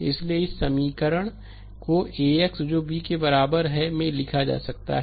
इसलिए इस समीकरण को AX जो B के बराबर लिखा जा सकता है